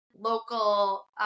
local